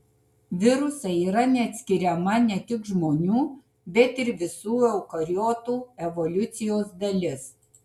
virusai yra neatskiriama ne tik žmonių bet ir visų eukariotų evoliucijos dalis